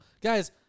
guys